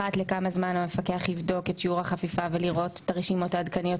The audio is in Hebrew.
אחת לכמה זמן המפקח יבדוק את שיעור החפיפה ולראות את הרשימות העדכניות.